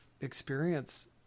experience